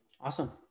awesome